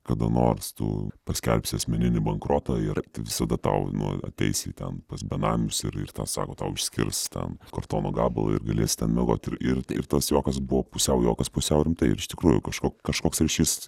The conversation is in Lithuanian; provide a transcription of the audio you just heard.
kada nors tu paskelbsi asmeninį bankrotą ir visada tau nu ateisi ten pas benamius ir ir ten sako tau išskirs ten kartono gabalą ir galėsi meluoti ir ir ir tas juokas buvo pusiau juokas pusiau rimtai ir iš tikrųjų kažko kažkoks ryšys